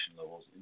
levels